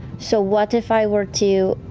so what if i were to